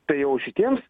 tai jau šitiems